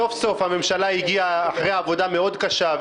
סוף סוף הממשלה הגיעה אחרי עבודה מאוד קשה.